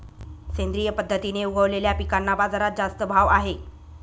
सेंद्रिय पद्धतीने उगवलेल्या पिकांना बाजारात जास्त भाव आहे